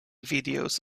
videos